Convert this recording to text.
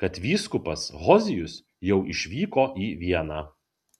kad vyskupas hozijus jau išvyko į vieną